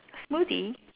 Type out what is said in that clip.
smoothie